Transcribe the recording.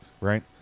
right